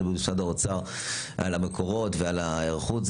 הבריאות למשרד האוצר לגבי המקורות וההיערכות,